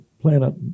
planet